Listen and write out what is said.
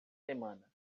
semana